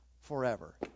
forever